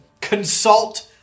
consult